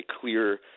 clear